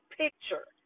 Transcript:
picture